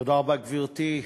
תודה רבה, גברתי,